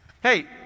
hey